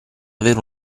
avere